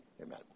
amen